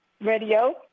radio